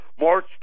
March